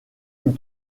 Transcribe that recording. une